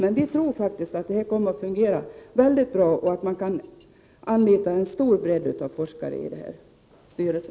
Men vi tror faktiskt att detta kommer att fungera väldigt bra och att man kommer att kunna rekrytera forskare med en stor bredd till denna styrelse.